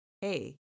hey